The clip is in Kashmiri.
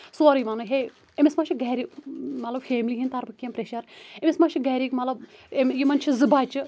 سورُے وَنُن ہے أمِس ما چھ گَرِ مَطلَب فیملی ہِنٛدۍ طرفہٕ کیٚنٛہہ پرٛیشٮ۪ر أمِس ما چھِ گَرِکۍ مطلَب یِمن چھِ زٕ بَچہٕ